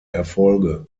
erfolge